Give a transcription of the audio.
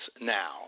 now